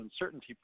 uncertainty